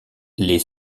les